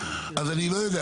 אם לא ידליק נורה אדומה,